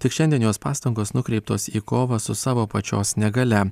tik šiandien jos pastangos nukreiptos į kovą su savo pačios negalia